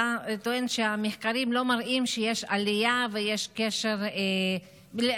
אתה טוען שהמחקרים לא מראים שיש עלייה בשיעור האובדנות לאחרונה,